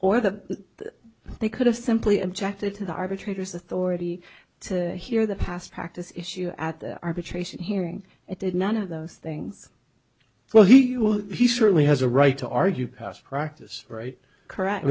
or that they could have simply objected to the arbitrators authority to hear the past practice issue at the arbitration hearing it did none of those things so he well he certainly has a right to argue past practice right correct